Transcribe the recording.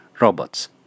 robots